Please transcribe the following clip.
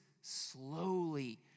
slowly